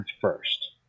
first